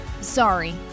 Sorry